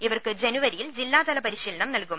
ഇവർക്ക് ജനുവരിയിൽ ജില്ലാതല പരിശ്രീലനം നല്കും